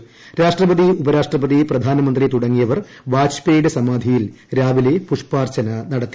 ഉപരാഷ്ട്രപതി രാഷ്ട്രപതി പ്രധാനമന്ത്രി തുടങ്ങിയവർ വാജ്പേയുടെ സമാധിയിൽ രാവിലെ പുഷ്പാർജ്ജന നടത്തി